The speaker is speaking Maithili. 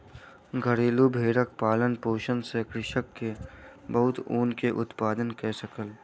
घरेलु भेड़क पालन पोषण सॅ कृषक के बहुत ऊन के उत्पादन कय सकल